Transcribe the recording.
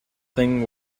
thing